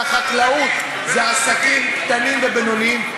כשהחקלאות זה עסקים קטנים ובינוניים,